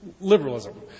liberalism